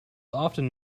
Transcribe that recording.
often